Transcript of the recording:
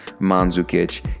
Manzukic